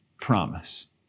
promise